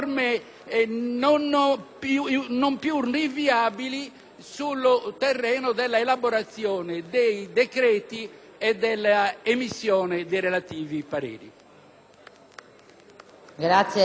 sul terreno dell'elaborazione dei decreti e dell'emissione dei relativi pareri.